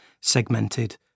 segmented